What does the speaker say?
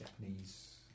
Japanese